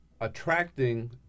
attracting